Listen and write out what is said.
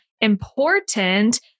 important